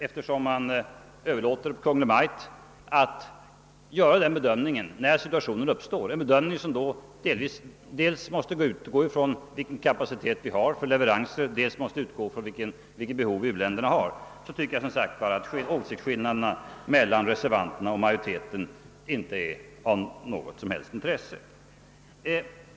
Eftersom reservanterna överlåter åt Kungl. Maj:t att göra bedömningen av när den situationen uppstår — en bedömning som måste utgå från vilken leveranskapacitet vi har samt från u-länderna behov — tycker jag som sagt att åsiktsskillnaderna mellan reservanterna och majoriteten är mycket otydlig.